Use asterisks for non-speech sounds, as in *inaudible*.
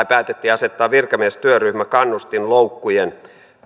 *unintelligible* päätettiin asettaa virkamiestyöryhmä kannustinloukkujen purkamisen